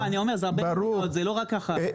אני אומר זה הרבה מדינות לא רק אחת.